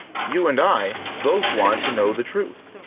you and i both want to know the truth.